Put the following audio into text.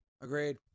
Agreed